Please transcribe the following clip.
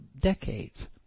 decades